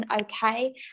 okay